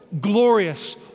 glorious